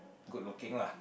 good looking lah